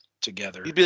together